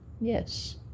Yes